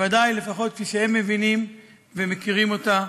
בוודאי לפחות כפי שהם מבינים ומכירים אותה.